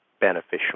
beneficial